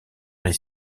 est